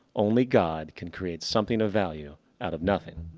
only god can create something of value out of nothing.